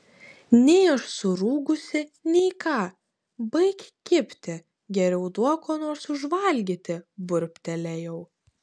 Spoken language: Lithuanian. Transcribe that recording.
nei aš surūgusi nei ką baik kibti geriau duok ko nors užvalgyti burbtelėjau